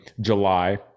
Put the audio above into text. July